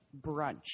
Brunch